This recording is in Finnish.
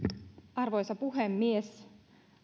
arvoisa puhemies